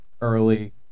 early